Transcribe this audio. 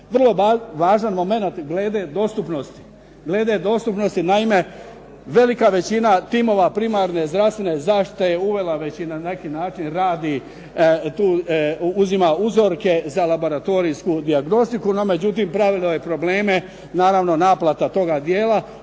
dostupnosti, glede dostupnosti naime velika većina timova primarne zdravstvene zaštite je uvela već i na neki način rad i tu uzima uzorke za laboratorijsku dijagnostiku, no međutim pravilo je probleme. Naravno naplata toga dijela